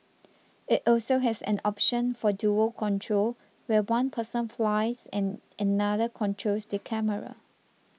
it also has an option for dual control where one person flies and another controls the camera